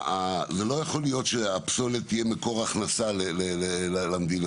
לא יכול להיות שהפסולת תהיה מקור הכנסה למדינה.